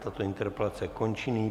Tato interpelace končí.